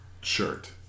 shirt